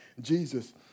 Jesus